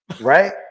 right